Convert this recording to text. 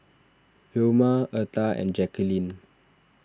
Vilma Eartha and Jackeline